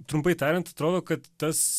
trumpai tariant atrodo kad tas